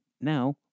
now